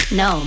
no